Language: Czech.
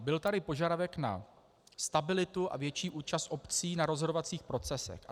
Byl tady požadavek na stabilitu a větší účast obcí na rozhodovacích procesech.